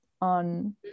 on